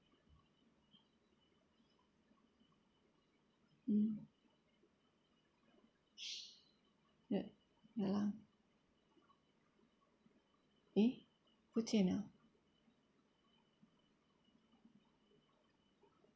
mm that ya lah eh 不见了